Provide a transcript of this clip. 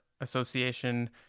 Association